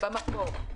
במקור.